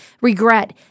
regret